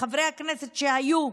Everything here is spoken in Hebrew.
חברי הכנסת שהיו,